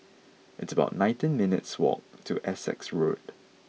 it's about nineteen minutes' walk to Essex Road